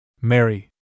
Mary